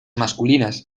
masculinas